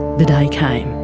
the day came.